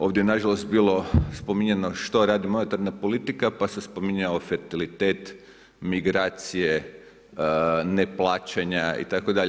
Ovdje nažalost, bilo je spominjano što radi monetarna politika, pa se spominjao fertilitet, migracije, neplaćanja itd.